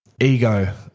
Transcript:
ego